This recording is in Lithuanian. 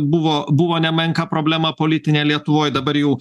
buvo buvo nemenka problema politinėj lietuvoj dabar jau